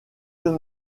deux